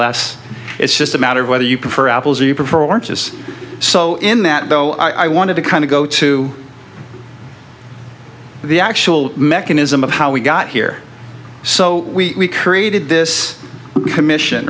less it's just a matter of whether you prefer apples or you performances so in that though i wanted to kind of go to the actual mechanism of how we got here so we created this commission